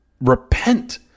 repent